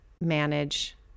manage